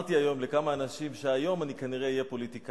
אמרתי היום לכמה אנשים שהיום אני אהיה כנראה פוליטיקאי.